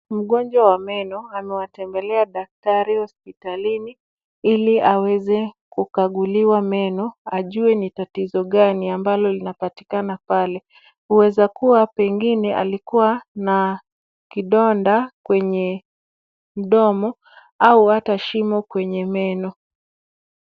Mgonjwa wa meno amewatembelea daktari hospitalini ili aweze kukaguliwa meno ajue ni tatizo gani ambalo linapatikakana pale. Huweza kuwa pengine alikua na kidonda kwenye mdomo au hata shimo kwenye meno.